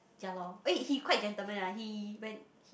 ya lor eh he quite gentleman ah he when he